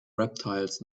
reptiles